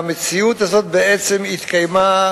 והמציאות הזאת התקיימה